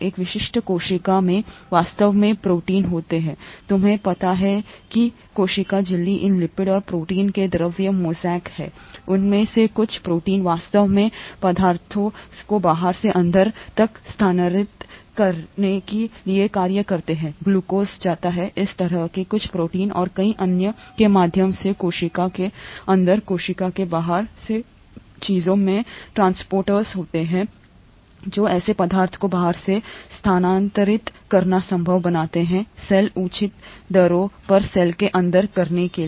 एक विशिष्ट कोशिका में वास्तव में प्रोटीन होते हैं तुम्हें पता है कोशिका झिल्ली इन लिपिड और प्रोटीन के द्रव मोज़ेक है उनमें से कुछ प्रोटीन वास्तव में पदार्थों को बाहर से अंदर तक स्थानांतरित करने के लिए कार्य करता है ग्लूकोज जाता है इस तरह के कुछ प्रोटीन और कई अन्य के माध्यम से कोशिका के अंदर कोशिका के बाहर से चीजों में ट्रांसपोर्टर्स होते हैं जो ऐसे पदार्थों को बाहर से स्थानांतरित करना संभव बनाते हैं सेल उचित दरों पर सेल के अंदर करने के लिए